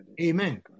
Amen